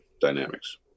dynamics